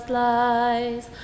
lies